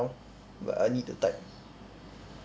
but I need to type